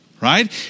right